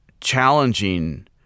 challenging